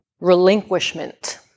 relinquishment